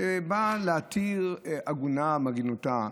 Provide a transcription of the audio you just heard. שבא להתיר עגונה מעגינותה,